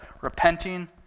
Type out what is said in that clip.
repenting